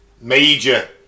Major